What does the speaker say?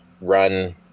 run